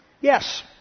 yes